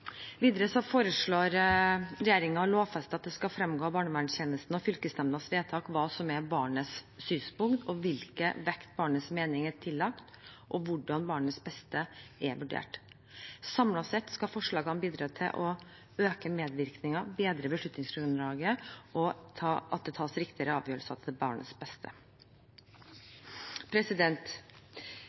Videre foreslår regjeringen å lovfeste at det skal fremgå av barnevernstjenestens og fylkesnemndas vedtak hva som er barnets synspunkt, hvilken vekt barnets mening er tillagt, og hvordan barnets beste er vurdert. Samlet sett skal forslagene bidra til å øke medvirkningen og bedre beslutningsgrunnlaget, og til at det tas riktigere avgjørelser, til barnets beste.